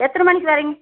எத்தனை மணிக்கு வரீங்க